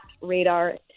Radar